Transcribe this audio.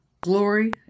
glory